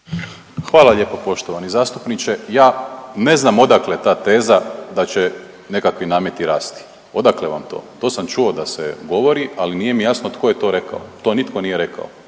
Hvala lijepo poštovani zastupniče. Ja ne znam odakle ta teza da će nekakvi nameti rasti, odakle vam to? To sam čuo da se govori, ali nije mi jasno tko je to rekao. To nitko nije rekao.